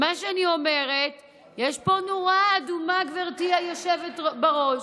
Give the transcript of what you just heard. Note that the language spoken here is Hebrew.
אני אומרת שיש פה נורה אדומה, גברתי היושבת בראש,